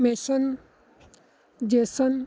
ਮੇਸ਼ਨ Jason